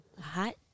hot